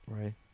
Right